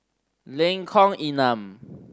Lengkong Enam